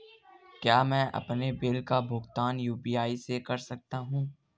क्या मैं अपने बिल का भुगतान यू.पी.आई से कर सकता हूँ?